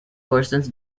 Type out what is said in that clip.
persons